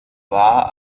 war